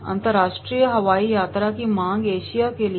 अंतर्राष्ट्रीय हवाई यात्रा की मांग एशिया के लिए है